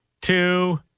two